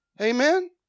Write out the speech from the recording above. Amen